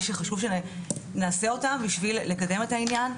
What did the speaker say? שחשוב שנעשה אותם בשביל לקדם את העניין.